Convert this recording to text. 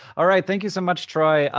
all right, thank you so much, troy,